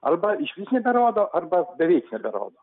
arba išvis neberodo arba beveik neberodo